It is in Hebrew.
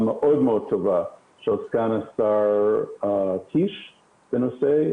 מאוד מאוד טובה של סגן שר הבריאות קיש.